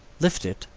lift it,